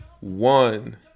one